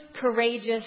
courageous